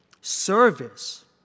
Service